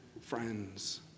friends